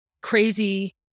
crazy